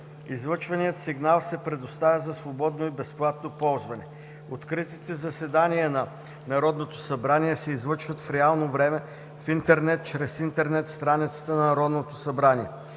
Излъчваният сигнал се предоставя за свободно и безплатно ползване. Откритите заседания на Народното събрание се излъчват в реално време в интернет чрез интернет страницата на Народното събрание.